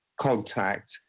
contact